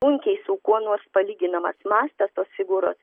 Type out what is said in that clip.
sunkiai su kuo nors palyginamas mastas tos fogūros